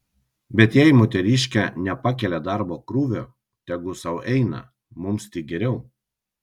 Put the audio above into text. bet jei moteriškė nepakelia darbo krūvio tegu sau eina mums tik geriau